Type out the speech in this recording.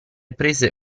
prese